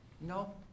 No